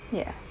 ya